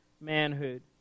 manhood